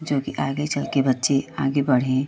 जोकि आगे चलकर बच्चे आगे बढ़ें